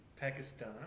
Pakistan